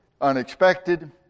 unexpected